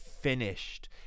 finished